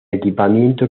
equipamiento